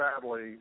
sadly